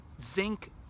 zinc